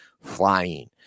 flying